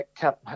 cap